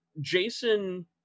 jason